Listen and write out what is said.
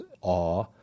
awe